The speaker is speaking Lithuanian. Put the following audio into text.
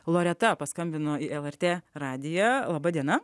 loreta paskambino į lrt radiją laba diena